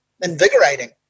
invigorating